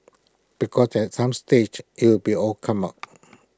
because at some stage IT will be all come out